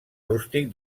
rústic